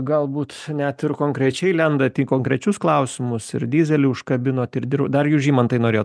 galbūt net ir konkrečiai lendat į konkrečius klausimus ir dyzelį užkabinot ir dirv dar jūs žymantai norėjot